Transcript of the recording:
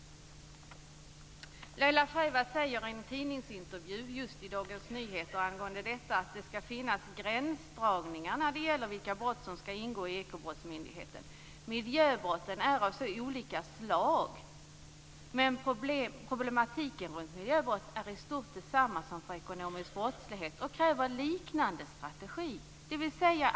Laila Freivalds säger i en intervju i Dagens Nyheter angående detta att det skall finnas gränsdragningar när det gäller vilka brott som skall ingå i Ekobrottsmyndigheten. Miljöbrotten är alltså av olika slag. Men problematiken runt miljöbrott är i stort sett densamma som för ekonomisk brottslighet och kräver liknande strategi.